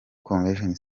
convention